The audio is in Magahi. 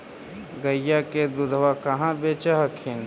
गईया के दूधबा कहा बेच हखिन?